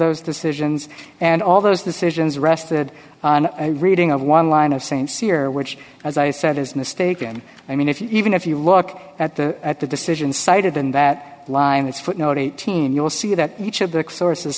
those decisions and all those decisions rested on reading of one line of st cyr which as i said is mistaken i mean if you even if you look at the at the decision cited in that line it's footnote eighteen you'll see that each of the sources